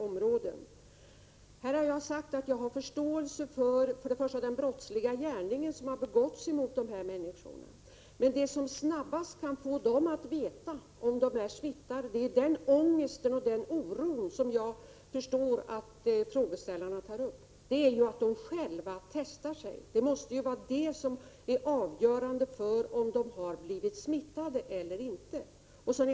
Jag har sagt att jag har förståelse för de här människornas ångest och oro efter det att denna brottsliga gärning begåtts mot dem. Men det som snabbast kan ge dem kunskap om huruvida de är smittade eller inte är att de själva testar sig. Utfallet av den testen är avgörande för svaret på frågan om de har blivit smittade eller inte.